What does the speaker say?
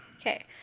Okay